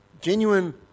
Genuine